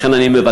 לכן אני מבקש